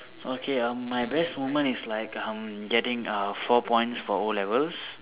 okay um my best moment is like um getting err four points for O-levels